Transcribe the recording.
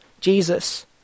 Jesus